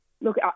Look